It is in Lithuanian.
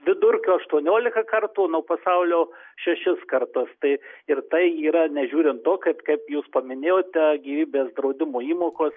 vidurkio aštuoniolika kartų nuo pasaulio šešis kartus tai ir tai yra nežiūrint to kad kaip jūs paminėjote gyvybės draudimo įmokos